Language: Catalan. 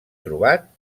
trobat